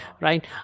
right